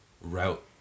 route